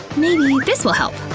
maybe this will help?